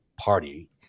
party